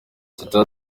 teta